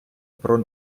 про